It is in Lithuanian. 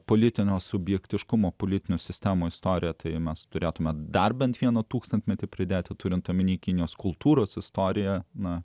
politinio subjektiškumo politinių sistemų istoriją tai mes turėtumėme dar bent vieną tūkstantmetį pridėti turint omenyje kinijos kultūros istoriją na